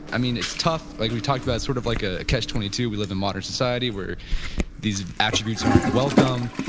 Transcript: i mean it's tough like we talked about sort of like ah catch twenty two we live in modern society, where these attributes aren't welcome,